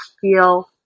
feel